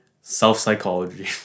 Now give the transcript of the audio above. self-psychology